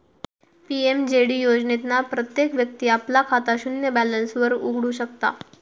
PMJD योजनेतना प्रत्येक व्यक्ती आपला खाता शून्य बॅलेंस वर उघडु शकता